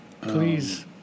Please